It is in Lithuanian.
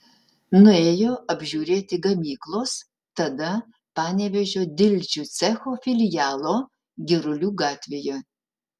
nuėjo apžiūrėti gamyklos tada panevėžio dildžių cecho filialo girulių gatvėje